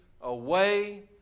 away